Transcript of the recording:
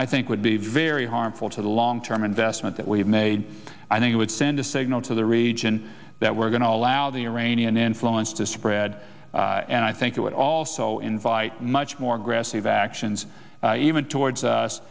i think would be very harmful to the long term investment that we've made i think it would send a signal to the region that we're going to allow the iranian influence to spread and i think it also invites much more aggressive actions even towards us